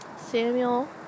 Samuel